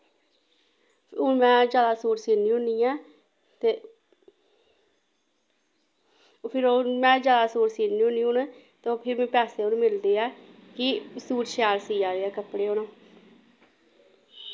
हून में जादा सूट सीनी होनी ऐं ते फिर ओ में जादा सूट सीनी होनी हून ते ओ फिर मीं पैसे बी मिलदे ऐ कि सूट शैल सिया दी ऐ कपड़े आह्ला